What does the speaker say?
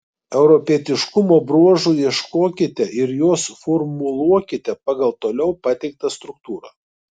europietiškumo bruožų ieškokite ir juos formuluokite pagal toliau pateiktą struktūrą